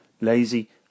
lazy